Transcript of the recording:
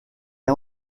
est